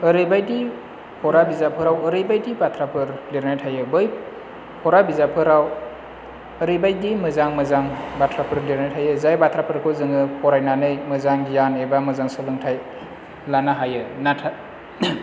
ओरैबादि फरा बिजाबफोराव ओरैबायदि बाथ्राफोर लिरनाय थायो बै फराबिजाबफोराव ओरैबायदि मोजां मोजां बाथ्राफोर लिरनाय थायो जाय बाथ्राफोरखौ जोङो फरायनानै मोजांं गियान एबा मोजां सोलोंथाइ लानो हायो नाथाय